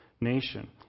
nation